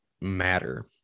matter